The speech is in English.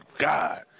God